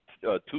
two